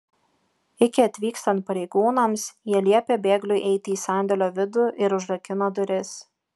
iki atvykstant pareigūnams jie liepė bėgliui eiti į sandėlio vidų ir užrakino duris